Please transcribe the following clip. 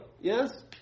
Yes